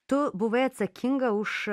tu buvai atsakinga už